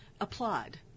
applaud